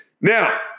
Now